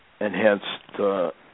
enhanced